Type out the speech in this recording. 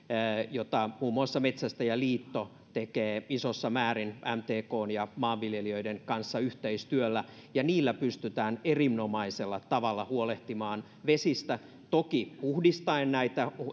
jota muuta muassa metsästäjäliitto tekee isossa määrin mtkn ja maanviljelijöiden kanssa yhteistyöllä niillä pystytään erinomaisella tavalla huolehtimaan vesistä toki puhdistaen näitä